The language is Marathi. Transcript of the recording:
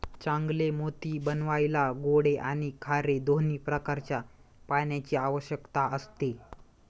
चांगले मोती बनवायला गोडे आणि खारे दोन्ही प्रकारच्या पाण्याची आवश्यकता असते